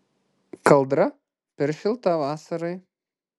kaldra per šilta vasarai